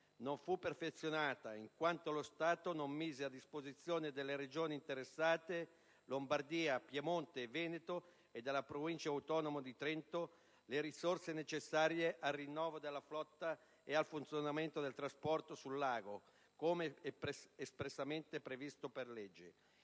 non fu perfezionata in quanto lo Stato non mise a disposizione delle Regioni interessate - Lombardia, Piemonte, Veneto - e della Provincia autonoma di Trento le risorse necessarie al rinnovo della flotta e al funzionamento del trasporto su lago, come espressamente previsto per legge.